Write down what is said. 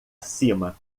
cima